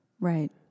Right